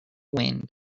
wind